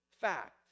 fact